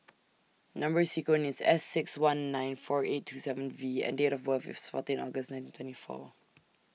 Number sequence IS S six one nine four eight two seven V and Date of birth IS fourteen August nineteen twenty four